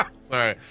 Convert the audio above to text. sorry